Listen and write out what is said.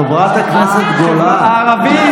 חברת הכנסת גולן, 53 מיליארד שקל לאחים המוסלמים.